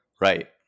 Right